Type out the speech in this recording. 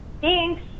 Thanks